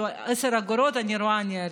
10 אגורות, אני רואה, אני ארים.